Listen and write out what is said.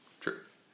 Truth